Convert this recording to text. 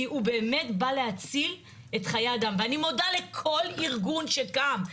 כי הוא באמת בא להציל את חיי האדם ואני מודה לכל ארגון שקם,